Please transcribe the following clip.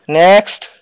next